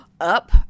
up